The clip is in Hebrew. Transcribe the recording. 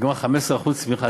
15% צמיחה.